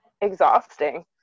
exhausting